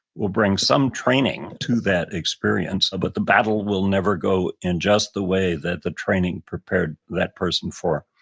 will bring some training to that experience of what but the battle will never go in just the way that the training prepared that person for.